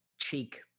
cheek